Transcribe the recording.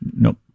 Nope